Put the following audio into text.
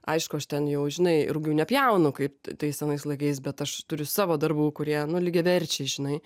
aišku aš ten jau žinai rugių nepjaunu kaip tais senais laikais bet aš turiu savo darbų kurie nu lygiaverčiai žinai